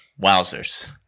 Wowzers